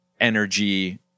energy